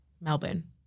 Melbourne